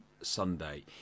Sunday